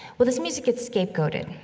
well, this music gets scapegoated,